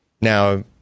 Now